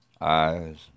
eyes